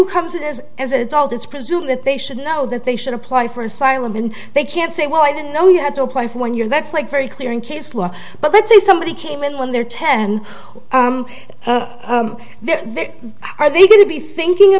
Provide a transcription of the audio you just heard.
who comes in is as an adult it's presumed that they should know that they should apply for asylum and they can say well i didn't know you had to apply for one year that's like very clear in case law but let's say somebody came in when they're ten they're there are they going to be thinking